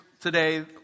today